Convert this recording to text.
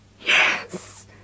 Yes